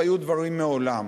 והיו דברים מעולם.